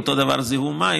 אותו דבר זיהום מים,